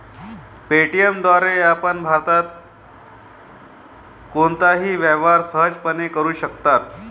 Paytm द्वारे आपण भारतात कोणताही व्यवहार सहजपणे करू शकता